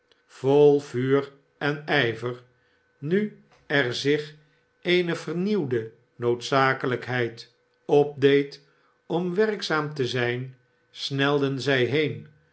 vol vuur en ijver nu er zich eene vernieuwde noodzakelijkheid opdeed om werkzaam te zijn snelden zij heen